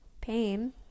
pain